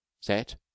set